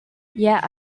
yet